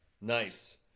Nice